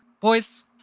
Boys